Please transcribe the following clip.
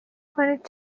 کنید